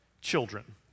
Children